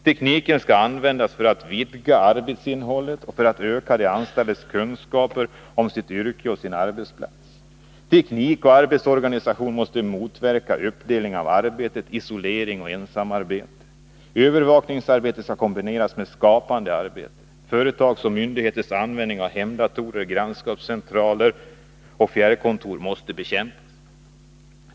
Tekniken skall användas för att vidga arbetsinnehållet och för att öka de anställdas kunskaper om sitt yrke och sin arbetsplats. Teknik och arbetsorganisation måste motverka uppdelning av arbetet, isolering och ensamarbete. Övervakningsarbetet skall kombineras med skapande arbete. Företags och myndigheters användning av hemdatorer, grannskapscentraler och fjärrkontor måste bekämpas.